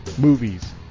movies